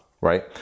right